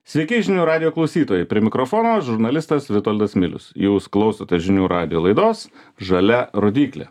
sveiki žinių radijo klausytojai prie mikrofono žurnalistas vitoldas milius jūs klausote žinių radijo laidos žalia rodyklė